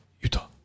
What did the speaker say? Utah